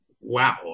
wow